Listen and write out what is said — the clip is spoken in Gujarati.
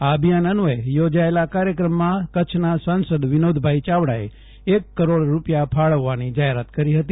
આ અભિયાન અન્વચે યોજાયેલા કાર્યક્રમમાં કચ્છના સાસંદ વિનોદભાઈ ચાવડાએ એક કરોડ રૂપિયા ફાળવવાની જાહેરાત કરી હતી